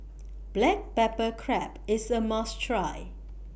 Black Pepper Crab IS A must Try